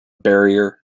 barrier